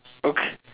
okay